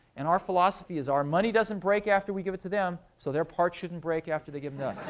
and our philosophy is, our money doesn't break after we give it to them, so their parts shouldn't break after they give them